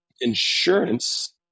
Insurance